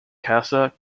casa